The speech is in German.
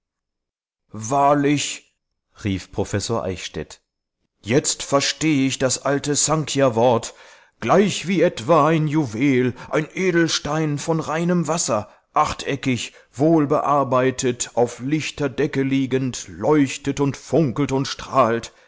wahrlich rief professor eichstädt jetzt versteh ich das alte sankhya wort gleichwie etwa ein juwel ein edelstein von reinem wasser achteckig wohlbearbeitet auf lichter decke liegend leuchtet und funkelt und strahlt